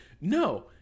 No